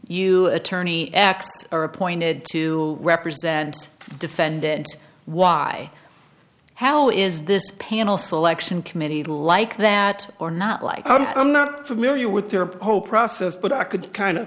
you attorney x are appointed to represent defendants why how is this panel selection committee like that or not like i'm not familiar with their poll process but i could kind